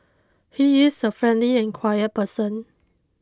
he is a friendly and quiet person